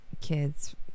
kids